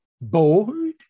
bored